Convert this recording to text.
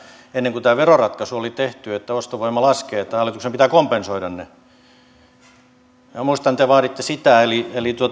ennen kuin tämä veroratkaisu oli tehty että ostovoima laskee että hallituksen pitää kompensoida ne minä muistan että te vaaditte sitä eli eli